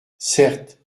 certes